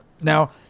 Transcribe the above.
Now